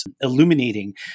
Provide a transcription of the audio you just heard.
illuminating